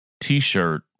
T-shirt